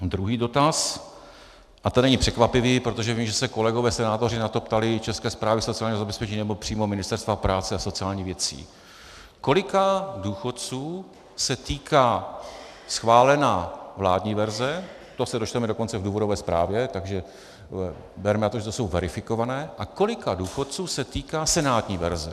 Druhý dotaz a ten není překvapivý, protože vím, že se kolegové senátoři na to ptali i České správy sociálního zabezpečení nebo přímo Ministerstva práce a sociálních věcí: kolika důchodců se týká schválená vládní verze to se dočteme dokonce v důvodové zprávě, takže berme to, že to je verifikované a kolika důchodců se týká senátní verze.